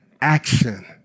action